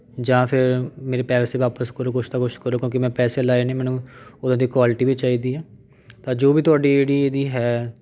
ਜਾਂ ਫਿਰ ਮੇਰੇ ਪੈਸੇ ਵਾਪਸ ਕਰੋ ਕੁਛ ਤਾਂ ਕੁਛ ਕਰੋ ਕਿਉਂਕਿ ਮੈਂ ਪੈਸੇ ਲਾਏ ਨੇ ਮੈਨੂੰ ਉੱਦਾਂ ਦੀ ਕੁਆਲਿਟੀ ਵੀ ਚਾਹੀਦੀ ਆ ਤਾਂ ਜੋ ਵੀ ਤੁਹਾਡੀ ਜਿਹੜੀ ਇਹਦੀ ਹੈ